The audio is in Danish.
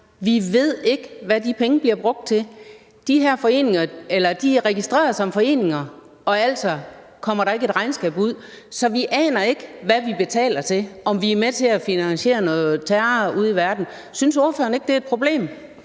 at vi ikke ved, hvad de penge bliver brugt til. De er registreret som foreninger, og derfor kommer der ikke et regnskab ud, så vi aner ikke, hvad vi betaler til – om vi er med til at finansiere noget terror ude i verden. Synes ordføreren ikke, det er et problem?